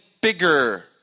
bigger